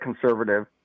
conservative